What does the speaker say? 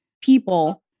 people